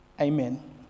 Amen